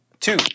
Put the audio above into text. Two